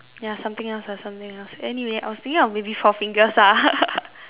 ya something else lah something else anyway I was thinking of maybe four fingers lah